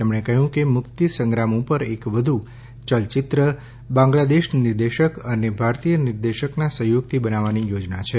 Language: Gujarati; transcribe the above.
તેમણે કહ્યું કે મુક્તિ સંગ્રામ ઉપર એક વધુ ચલચિત્ર બાંગ્લાદેશ નિર્દેશક અને ભારતીય નિર્દેશકના સહયોગથી બનાવવાની યોજના છે